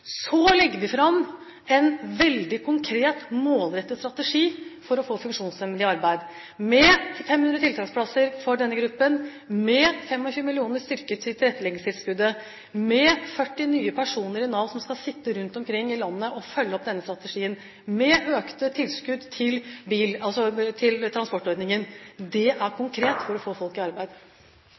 Så legger vi fram en veldig konkret, målrettet strategi for å få funksjonshemmede i arbeid: 500 tiltaksplasser for denne gruppen, 25 mill. kr styrket til tilretteleggingstilskuddet, 40 nye personer i Nav som skal jobbe rundt omkring i landet og følge opp denne strategien, og økte tilskudd til transportordningen. Det er konkret for å få folk i arbeid.